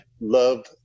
love